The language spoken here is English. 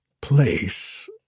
place